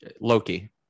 Loki